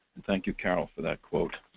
thank you, carol, for that quote.